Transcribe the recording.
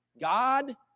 God